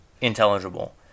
intelligible